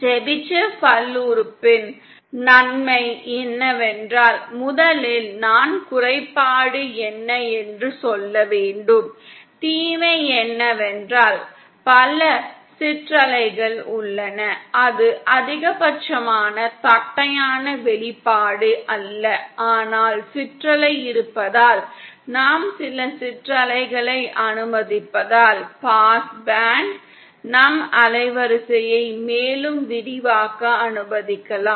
Chebyshev பல்லுறுப்புறுப்பின் நன்மை என்னவென்றால் முதலில் நான் குறைபாடு என்ன என்று சொல்ல வேண்டும் தீமை என்னவென்றால் பல சிற்றலைகள் உள்ளன அது அதிகபட்சமான தட்டையான வெளிப்பாடு அல்ல ஆனால் சிற்றலை இருப்பதால் நாம் சில சிற்றலைகளை அனுமதிப்பதால் பாஸ் பேண்ட் நம் அலைவரிசையை மேலும் விரிவாக்க அனுமதிக்கலாம்